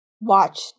watch